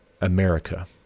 America